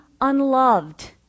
unloved